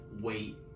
wait